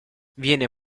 viene